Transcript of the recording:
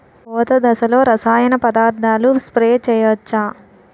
పూత దశలో రసాయన పదార్థాలు స్ప్రే చేయచ్చ?